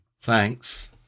Thanks